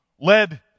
led